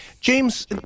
James